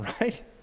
right